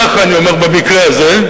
ככה אני אומר במקרה הזה,